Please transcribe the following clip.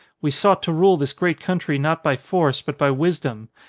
we sought to rule this great country not by force, but by wisdom.